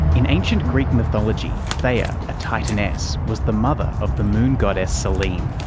in ancient greek mythology, theia, a titaness, was the mother of the moon goddess selene.